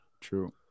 true